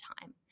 time